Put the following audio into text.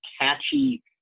catchy